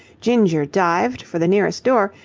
ginger dived for the nearest door,